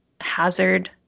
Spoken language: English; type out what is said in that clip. hazard